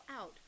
out